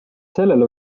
sellele